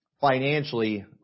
financially